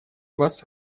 вас